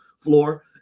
floor